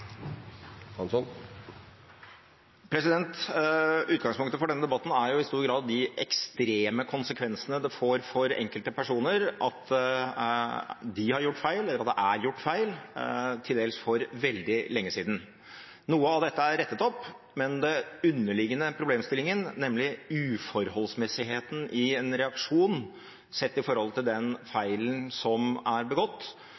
i stor grad de ekstreme konsekvensene det får for enkelte personer at de har gjort feil, eller at det er gjort feil – til dels for veldig lenge siden. Noe av dette er rettet opp, men den underliggende problemstillingen, nemlig uforholdsmessigheten i en reaksjon sett i forhold til den feilen som er begått,